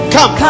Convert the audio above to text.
Come